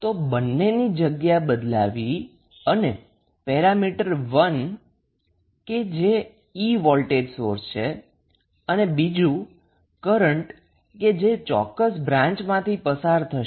તો બંનેની જગ્યા બદલાવી અને પેરામીટર 1 કે જે E વોલ્ટેજ સોર્સ છે અને બીજું કરન્ટ કે જે ચોક્કસ બ્રાન્ચમાંથી પસાર થશે